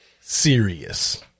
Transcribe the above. serious